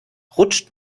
rutscht